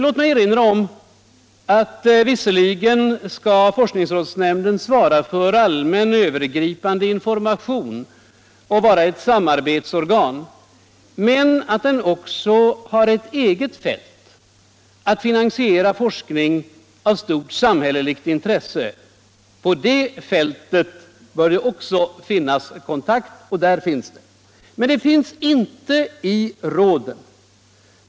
Låt mig erinra om att forskningsrådsnämnden visserligen skall svara för allmän övergripande information och vara ett samarbetsorgan, men att den också har ett eget fält — att finansiera forskning av stort samhälleligt intresse. På det fältet bör det också finnas kontakter, och det finns där. Men sådana kontakter finns inte i råden.